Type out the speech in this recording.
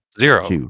Zero